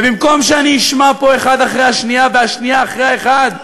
ובמקום שאני אשמע פה האחד אחרי השנייה והשנייה אחרי האחד,